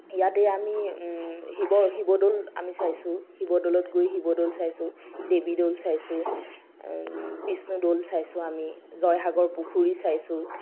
ইয়াতে আমি শিৱদৌল আমি চাইছোঁ শিৱদৌলত গৈ শিৱদৌল চাইছোঁ দেৱীদৌল চাইছোঁ বিষ্ণুদৌল চাইছোঁ আমি জয়সাগৰ পুখুৰী চাইছোঁ